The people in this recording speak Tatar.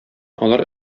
алар